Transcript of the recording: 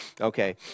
Okay